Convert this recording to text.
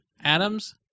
Atoms